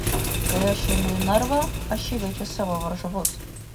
kai aš einu į narvą aš įveikiu savo varžovus